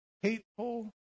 hateful